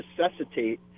necessitate